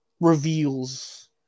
reveals